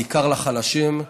בעיקר לחלשים.